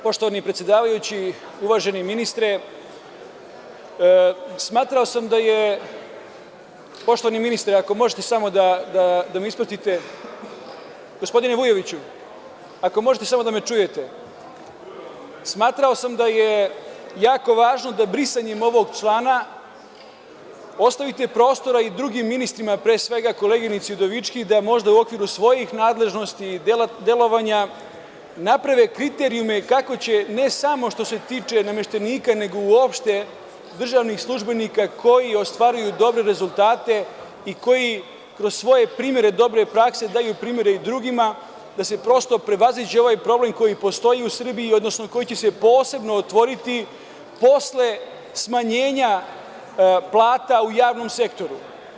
Poštovani predsedavajući, uvaženi ministre, smatrao sam da je jako važno da brisanjem ovog člana ostavite prostora i drugim ministrima, pre svega koleginici Udovički, da možda u okviru svojih nadležnosti i delovanja naprave kriterijume kako će ne samo što se tiče nameštenika nego uopšte državnih službenika koji ostvaruju dobre rezultate i koji kroz svoje primere dobre prakse daju primere i drugima, da se prosto prevaziđe ovaj problem koji postoji u Srbiji, odnosno koji će se posebno otvoriti posle smanjenja plata u javnom sektoru.